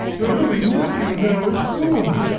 your louing nephew now is come